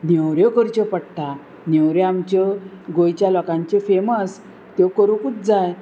नेवऱ्यो करच्यो पडटा नेवऱ्यो आमच्यो गोंयच्या लोकांच्यो फेमस त्यो करूंकूच जाय